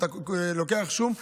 אתה לוקח שום,